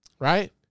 Right